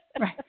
Right